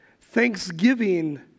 thanksgiving